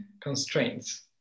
constraints